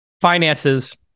Finances